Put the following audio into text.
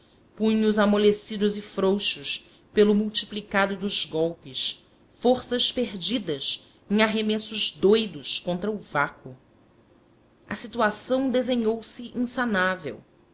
punhos amolecidos e frouxos pelo multiplicado dos golpes forças perdidas em arremessos doudos contra o vácuo a situação desenhou-se insanável